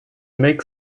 make